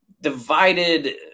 divided